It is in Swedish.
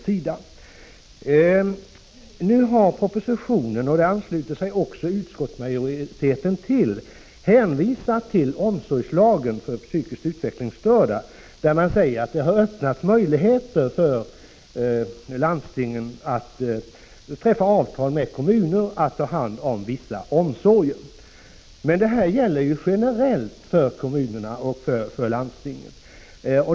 I propositionen hänvisar man till — även på den punkten ansluter sig utskottsmajoriteten till propositionens förslag — omsorgslagen för psykiskt utvecklingsstörda, där det står att det har öppnats möjligheter för landstingen att träffa avtal med kommuner om att dessa skall ta hand om vissa omsorger. Detta gäller emellertid generellt för kommunerna och för landstingen.